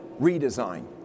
redesign